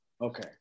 Okay